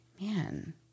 Man